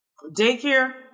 daycare